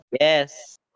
Yes